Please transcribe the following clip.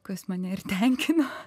kas mane ir tenkina